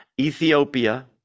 Ethiopia